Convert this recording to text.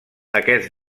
aquests